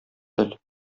тел